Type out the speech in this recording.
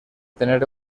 tener